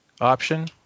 option